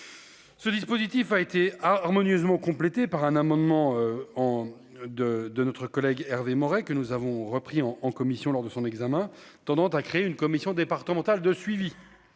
Ce dispositif a été ah harmonieusement complétée par un amendement en de de notre collègue Hervé Morin que nous avons repris en en commission lors de son examen tendant à créer une commission départementale de suivi